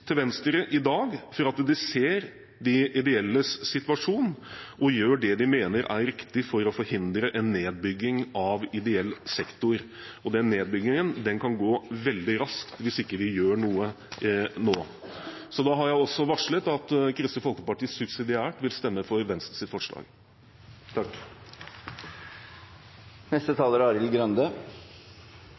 til Venstre i dag for at de ser de ideelles situasjon og gjør det de mener er riktig for å forhindre en nedbygging av ideell sektor. Den nedbyggingen kan gå veldig raskt hvis vi ikke gjør noe nå. Da har jeg varslet at Kristelig Folkeparti subsidiært vil stemme for Venstres forslag. Representanten Geir Jørgen Bekkevold har tatt opp det forslaget han refererte. Bakgrunnen for dette forslaget og denne debatten er